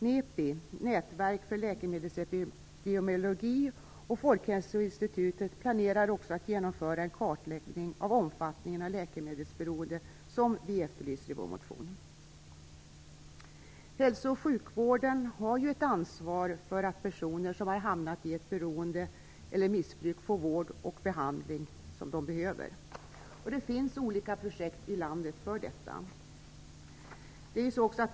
NEPI, Nätverk för läkemedelsepidemiologi, och Folkhälsoinstitutet planerar att genomföra en kartläggning av omfattningen av läkemedelsberoendet, som vi efterlyser i vår motion. Hälso och sjukvården har ju ett ansvar för att personer som har hamnat i beroende eller missbruk får den vård och behandling de behöver. Det finns olika projekt i landet för detta.